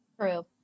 True